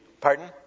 Pardon